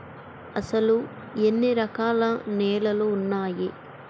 అసలు ఎన్ని రకాల నేలలు వున్నాయి?